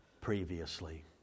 previously